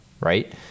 right